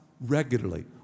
regularly